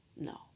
No